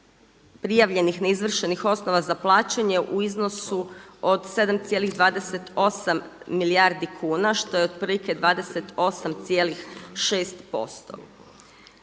prijavljenih neizvršenih osnova za plaćanje u iznosu od 7,28 milijardi kuna što je otprilike 28,6%.